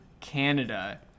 Canada